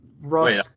Ross